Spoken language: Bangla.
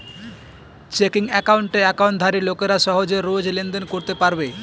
চেকিং একাউণ্টে একাউন্টধারী লোকেরা সহজে রোজ লেনদেন করতে পারবে